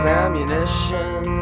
ammunition